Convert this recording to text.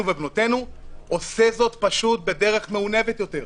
ובנותינו" עושה זאת פשוט בדרך מעונבת יותר.